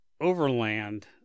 overland